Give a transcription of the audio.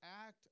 act